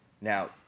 Now